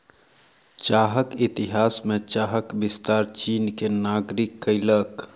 चाहक इतिहास में चाहक विस्तार चीन के नागरिक कयलक